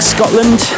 Scotland